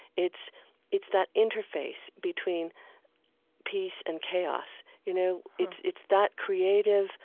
it's it's that interface between peace and chaos. you know, it's it's that creative